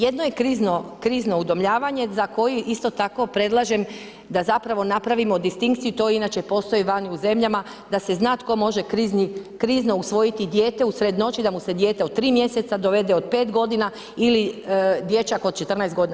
Jedno je krizno udomljavanje za koji isto tako predlažem da zapravo napravimo distinkciju, to inače postoji vani u zemljama da se zna tko može krizno usvojiti dijete usred noći da mu se dijete od 3 mjeseca dovede, od 5 godina ili dječak od 14 godina.